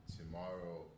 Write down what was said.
tomorrow